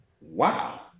Wow